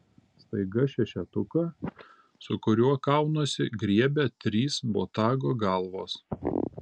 staiga šešetuką su kuriuo kaunuosi griebia trys botago galvos